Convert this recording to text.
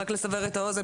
רק לסבר את האוזן,